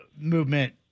movement